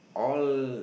all